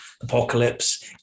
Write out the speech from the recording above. apocalypse